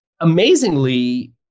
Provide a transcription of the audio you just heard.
amazingly